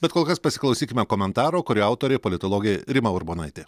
bet kol kas pasiklausykime komentaro kurio autorė politologė rima urbonaitė